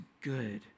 good